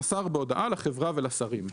מסר בהודעה לחברה ולשרים."